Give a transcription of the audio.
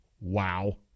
Wow